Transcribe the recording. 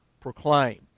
proclaim